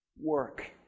work